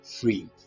free